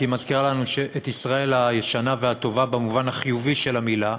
כי היא מזכירה לנו את ישראל הישנה והטובה במובן החיובי של המילה,